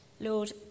Lord